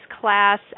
class